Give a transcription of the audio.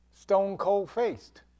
stone-cold-faced